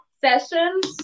sessions